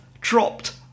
dropped